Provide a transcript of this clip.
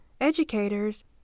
educators